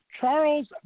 Charles